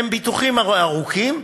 הם ביטוחים ארוכים,